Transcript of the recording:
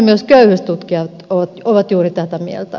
myös köyhyystutkijat ovat juuri tätä mieltä